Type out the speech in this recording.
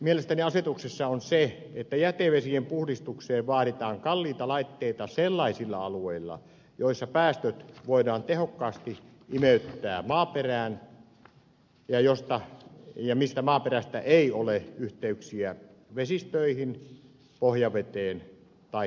mielestäni suurin virhe asetuksessa on se että jätevesien puhdistukseen vaaditaan kalliita laitteita sellaisilla alueilla joilla päästöt voidaan tehokkaasti imeyttää maaperään ja joilla maaperästä ei ole yhteyksiä vesistöihin pohjaveteen tai kaivoihin